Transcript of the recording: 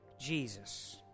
Jesus